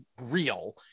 real